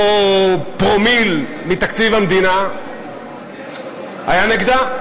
לא פרומיל מתקציב המדינה, היה נגדה.